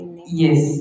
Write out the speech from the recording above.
Yes